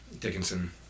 Dickinson